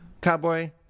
cowboy